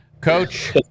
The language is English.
coach